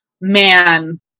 man